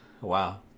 Wow